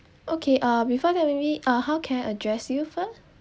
okay uh before that maybe uh how can I address you first